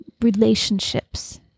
relationships